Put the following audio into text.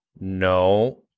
no